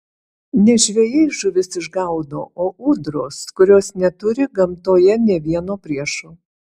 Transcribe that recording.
ne žvejai žuvis išgaudo o ūdros kurios neturi gamtoje nė vieno priešo